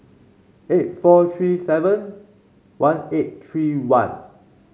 eight four three seven one eight three one